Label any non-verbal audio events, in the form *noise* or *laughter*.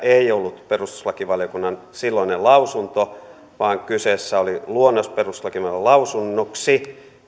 *unintelligible* ei ollut perustuslakivaliokunnan silloinen lausunto vaan kyseessä oli luonnos perustuslakivaliokunnan lausunnoksi